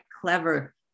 clever